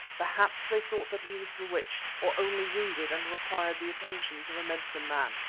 perhaps they thought that he was bewitched, or only wounded and required the attentions of a medicine-man.